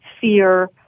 fear